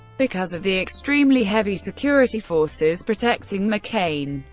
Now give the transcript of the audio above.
because of the extremely heavy security forces protecting mccain.